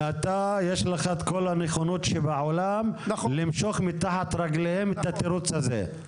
ולך יש את כל הנכונות שבעולם למשוך מתחת רגליהם את התירוץ הזה?